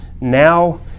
now